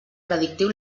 predictiu